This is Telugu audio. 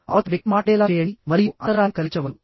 అవతలి వ్యక్తి మాట్లాడేలా చేయండి మరియు అంతరాయం కలిగించవద్దు